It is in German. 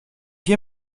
hier